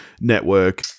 network